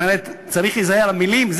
זאת אומרת, צריך להיזהר במילים.